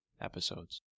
episodes